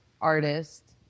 artist